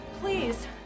please